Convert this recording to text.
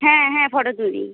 হ্যাঁ হ্যাঁ ফটো তুলি